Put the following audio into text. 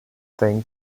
thing